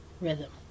rhythm